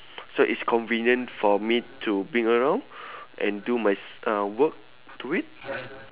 so is convenient for me to bring around and do my s~ uh work to it